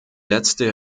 letzte